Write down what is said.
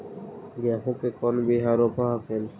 गेहूं के कौन बियाह रोप हखिन?